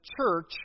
church